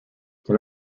can